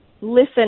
listen